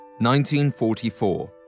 1944